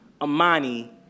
Amani